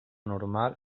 normal